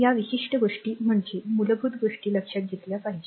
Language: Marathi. या विशिष्ट गोष्टी म्हणजे मूलभूत गोष्टी लक्षात घेतल्या पाहिजेत